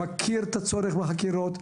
אני מכיר את הצורך בחקירות.